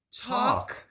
talk